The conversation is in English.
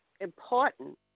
important